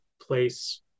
place